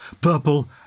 purple